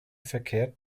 verkehrt